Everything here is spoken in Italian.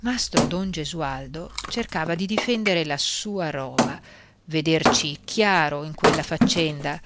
mastro don gesualdo cercava difendere la sua roba vederci chiaro in quella faccenda